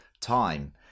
time